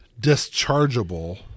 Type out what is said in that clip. dischargeable